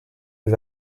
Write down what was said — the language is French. les